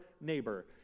neighbor